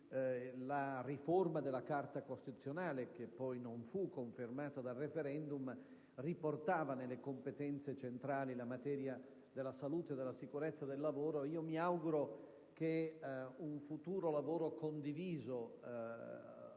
la riforma della Carta costituzionale, che poi non è stata confermata dal *referendum*, riportava nelle competenze centrali la materia della salute e della sicurezza sul lavoro. Mi auguro che un futuro lavoro condiviso